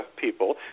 people